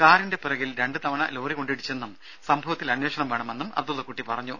കാറിന്റെ പിറകിൽ രണ്ട് തവണ ലോറി കൊണ്ടിടിച്ചെന്നും സംഭവത്തിൽ അന്വേഷണം വേണമെന്നും അബ്ദുള്ളക്കുട്ടി പറഞ്ഞു